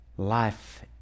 life